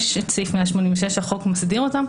יש את סעיף 186 שהחוק מסדיר אותם.